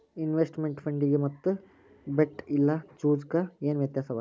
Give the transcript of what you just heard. Investment ಫಂಡಿಗೆ ಮತ್ತ bet ಇಲ್ಲಾ ಜೂಜು ಕ ಏನ್ ವ್ಯತ್ಯಾಸವ?